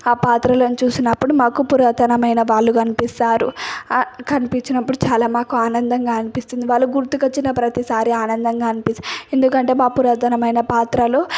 ఆ పాత్రలను చూసినప్పుడు మాకు పురాతనమైన వాళ్ళు కనిపిస్తారు ఆ కనిపించినప్పుడు చాలా మాకు ఆనందంగా అనిపిస్తుంది వాళ్ళు గుర్తుకొచ్చిన ప్రతిసారి ఆనందంగా అనిపిస్తుంది ఎందుకంటే మా పురాతనమైన పాత్రలు